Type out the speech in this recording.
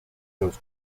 los